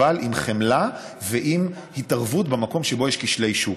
אבל עם חמלה ועם התערבות במקום שבו יש כשלי שוק.